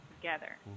together